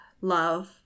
love